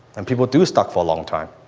and people do stuck for a long time.